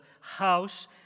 house